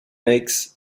makes